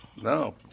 No